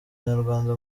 nyarwanda